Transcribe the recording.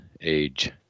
age